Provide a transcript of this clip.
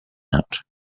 out